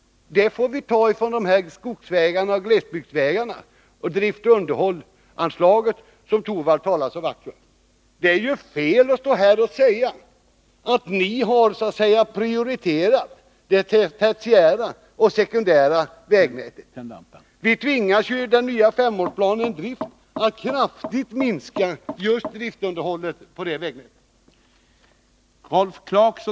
De pengarna får vi ta från anslagen för skogsvägarna och glesbygdsvägarna samt från driftunderhållsanslaget, som Rune Torwald talar så vackert om. Det är fel att stå här och hävda att ni har så att säga prioriterat det tertiära och sekundära vägnätet. Vi tvingas ju i den nya femårsplanen att kraftigt minska just driftunderhållet på det vägnätet.